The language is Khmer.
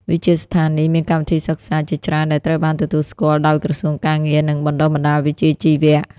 វិទ្យាស្ថាននេះមានកម្មវិធីសិក្សាជាច្រើនដែលត្រូវបានទទួលស្គាល់ដោយក្រសួងការងារនិងបណ្តុះបណ្តាលវិជ្ជាជីវៈ។